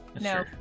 No